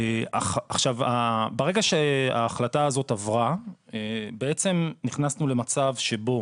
ברגע שההחלטה הזאת עברה, בעצם נכנסנו למצב שבו